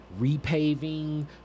Repaving